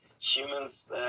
humans